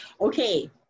okay